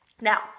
Now